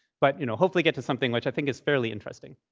but you know hopefully get to something which i think is fairly interesting.